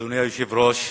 אדוני היושב-ראש,